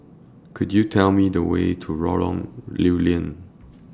Could YOU Tell Me The Way to Lorong Lew Lian